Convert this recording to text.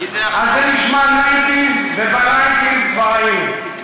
אז זה נשמע ניינטיז, ובנייטיז כבר היינו.